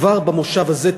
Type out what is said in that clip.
כבר במושב הזה,